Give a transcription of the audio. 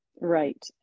Right